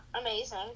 Amazing